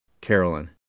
Carolyn